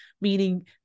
meaning